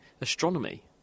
astronomy